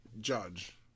judge